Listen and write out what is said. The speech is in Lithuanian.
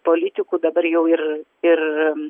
politikų dabar jau ir ir